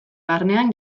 barnean